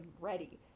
ready